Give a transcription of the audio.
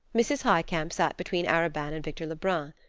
mrs. highcamp sat between arobin and victor lebrun.